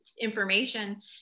information